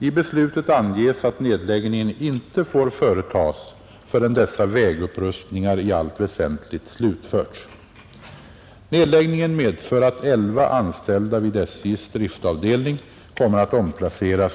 I beslutet anges att nedläggningen inte får företas förrän dessa vägupprustningar i allt väsentligt slutförts.